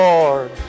Lord